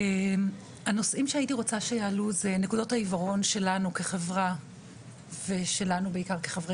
הנושאים שהייתי רוצה שיעלו זה נקודות העיוורון שלנו כחברה ושלנו כחברי